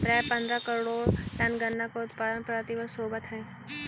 प्रायः पंद्रह करोड़ टन गन्ना का उत्पादन प्रतिवर्ष होवत है